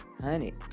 honey